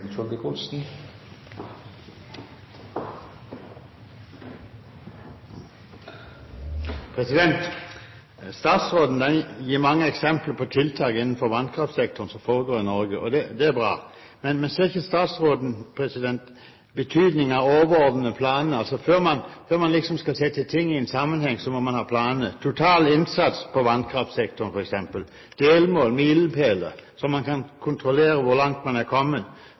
til alternativene. Statsråden gir mange eksempler på tiltak innenfor vannkraftsektoren i Norge, og det er bra. Men ser ikke statsråden betydningen av overordnede planer? Før man skal sette ting i en sammenheng, må man ha planer, f.eks. for total innsats på vannkraftsektoren, delmål, milepæler, så man kan kontrollere hvor langt man er